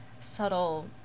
subtle